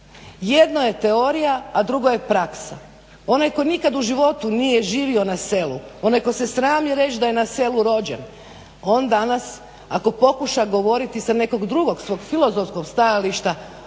Jedno je teorija, a drugo je praksa. Onaj tko nikad u životu nije živio na selu, onaj tko se srami reć da je na selu rođen on danas ako pokuša govoriti sa nekog drugog svog filozofskog stajališta